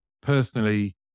personally